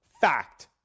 Fact